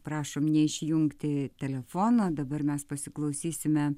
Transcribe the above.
prašom neišjungti telefono dabar mes pasiklausysime